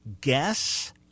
Guess